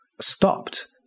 stopped